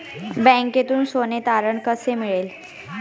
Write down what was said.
बँकेतून सोने तारण कर्ज कसे मिळेल?